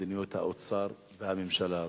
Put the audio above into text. ומדיניות האוצר והממשלה הזאת.